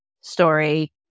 story